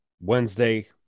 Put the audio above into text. Wednesday